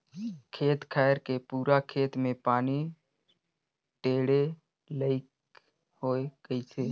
खेत खायर के पूरा खेत मे पानी टेंड़े लईक होए गइसे